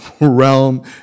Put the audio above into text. realm